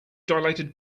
dilated